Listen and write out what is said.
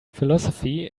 philosophy